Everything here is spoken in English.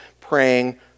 praying